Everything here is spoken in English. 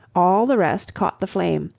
all the rest caught the flame,